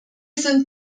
sind